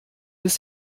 bis